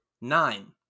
Nine